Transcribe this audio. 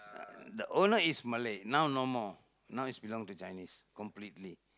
uh the owner is Malay now no more now is belong to Chinese completely